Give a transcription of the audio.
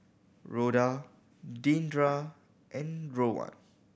Rhoda Deandra and Rowan